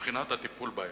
מבחינת הטיפול בהם",